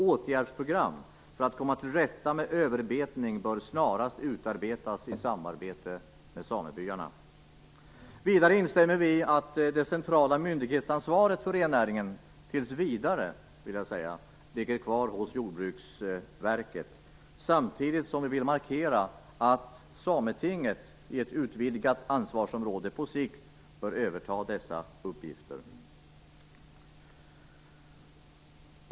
Åtgärdsprogram för att komma till rätta med överbetning bör snarast utarbetas i samarbete med samebyarna. Vidare instämmer vi kristdemokrater i att det centrala myndighetsansvaret för rennäringen tills vidare ligger kvar hos Jordbruksverket samtidigt som vi vill markera att Sametinget inom ett utvidgat ansvarsområde på sikt bör överta dessa uppgifter.